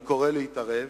אני קורא להתערב